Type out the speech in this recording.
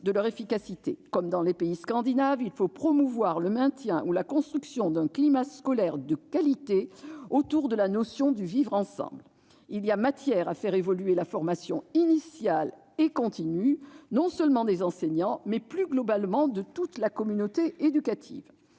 de leur efficacité. Comme dans les pays scandinaves, il faut promouvoir le maintien ou la construction d'un climat scolaire de qualité autour de la notion du vivre ensemble. Il y a matière à faire évoluer la formation initiale et continue, non seulement des enseignants, mais aussi, plus globalement, de toute la communauté éducative.